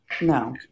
No